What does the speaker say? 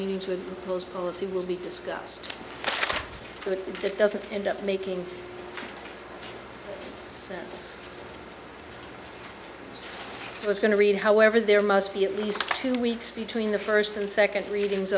meetings with those policy will be discussed but that doesn't end up making sense it was going to read however there must be at least two weeks between the first and second readings